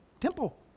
temple